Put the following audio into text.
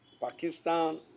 Pakistan